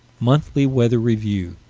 monthly weather review,